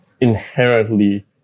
inherently